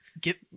get